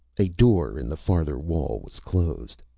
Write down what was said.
a door in the farther wall was closed.